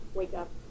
wake-up